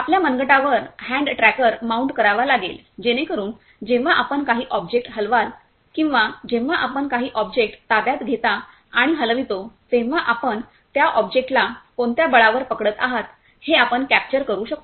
आपल्या मनगटावर hand tracker mount करावा लागेल जेणेकरून जेव्हा आपण काही ऑब्जेक्ट हलवाल किंवा जेव्हा आपण काही ऑब्जेक्ट ताब्यात घेता आणि हलवितो तेव्हा आपण त्या ऑब्जेक्टला कोणत्या बळावर पकडत आहात हे आपण कॅप्चर करू शकतो